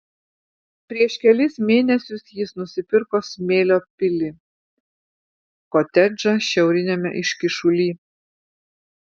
prieš kelis mėnesius jis nusipirko smėlio pilį kotedžą šiauriniame iškyšuly